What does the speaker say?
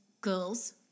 girls